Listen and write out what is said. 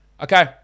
Okay